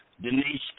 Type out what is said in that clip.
Denise